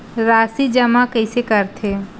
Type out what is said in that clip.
राशि जमा कइसे करथे?